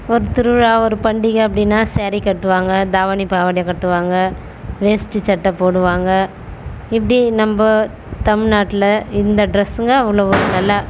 ஒரு திருவிழா ஒரு பண்டிகை அப்படினா சேரி கட்டுவாங்க தாவணி பாவாடையை கட்டுவாங்க வேஷ்டி சட்டை போடுவாங்க இப்படி நம்ப தமிழ்நாட்டில் இந்த ட்ரெஸ்ஸுங்க அவ்வளோ ஒரு நல்லா